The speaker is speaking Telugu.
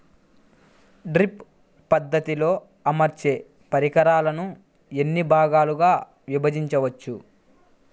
డ్రిప్ పద్ధతిలో అమర్చే పరికరాలను ఎన్ని భాగాలుగా విభజించవచ్చు?